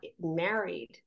married